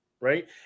right